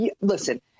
listen